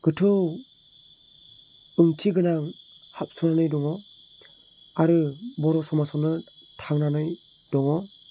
गोथौ ओंथि गोनां हाबसोनानै दङ आरो बर' समाजावनो थांनानै दङ